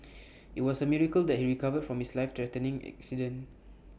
IT was A miracle that he recovered from his lifethreatening accident